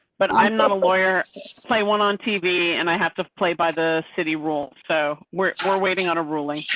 but i'm not a lawyer play one on tv, and i have to play by the city rule. so we're, we're waiting on a ruling.